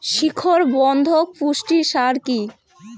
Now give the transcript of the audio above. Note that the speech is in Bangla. শিকড় বর্ধক পুষ্টি সার কি?